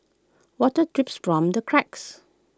water drips from the cracks